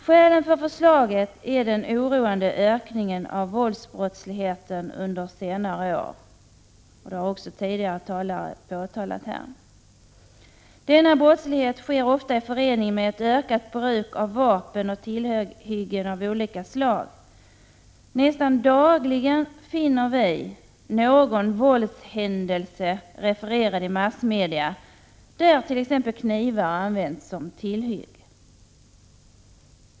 Skälen för förslaget är den oroande ökningen av våldsbrottsligheten under senare år, vilket tidigare talare har påtalat. Denna brottslighet sker ofta i förening med ett ökat bruk av vapen och tillhyggen av olika slag. Nästan dagligen finner vi någon våldshändelse refererad i massmedia där t.ex. knivar används som tillhygge.